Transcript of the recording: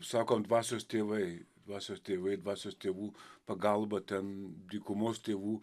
sakom dvasios tėvai dvasios tėvai dvasios tėvų pagalba ten dykumos tėvų